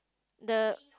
the